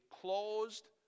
closed